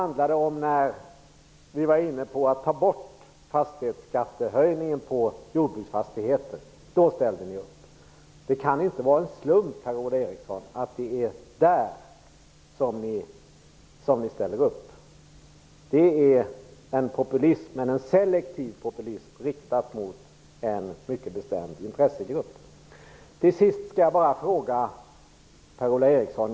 När vi var inne på att ta bort fastighetsskattehöjningen på jordbruksfastigheter ställde ni upp. Det kan inte vara en slump, Per-Ola Eriksson, att det är där som ni ställer upp. Det är selektiv populism, riktad på en mycket bestämd intressegrupp. Till sist vill jag ställa en fråga till Per-Ola Eriksson.